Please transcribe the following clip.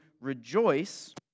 rejoice